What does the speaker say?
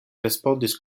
respondis